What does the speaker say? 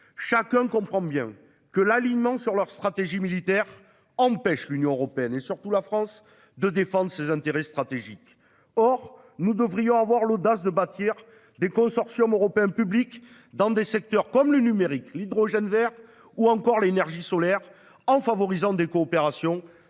Chacun comprend bien que l'alignement sur la stratégie militaire américaine empêche l'Union européenne, et surtout la France, de défendre ses intérêts stratégiques. Or nous devrions avoir l'audace de bâtir des consortiums européens publics dans des secteurs comme le numérique, l'hydrogène vert ou encore l'énergie solaire, en favorisant des coopérations